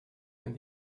and